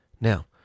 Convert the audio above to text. Now